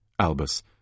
Albus